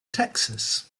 texas